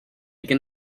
can